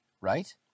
right